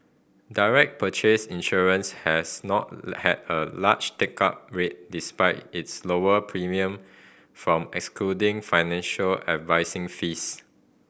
direct purchase insurance has not had a large take up rate despite its lower premium from excluding financial advising fees